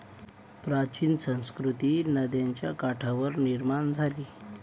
प्राचीन संस्कृती नद्यांच्या काठावर निर्माण झाली